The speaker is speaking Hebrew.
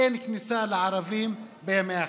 אין כניסה לערבים בימי החג.